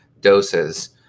doses